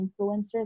influencers